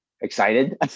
excited